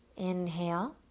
inhale,